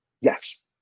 yes